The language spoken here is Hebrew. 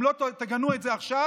אם לא תגנו את זה עכשיו,